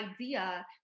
idea